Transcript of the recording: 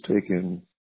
taken